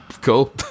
cool